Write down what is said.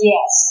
Yes